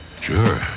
Sure